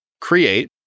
create